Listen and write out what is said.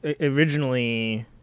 originally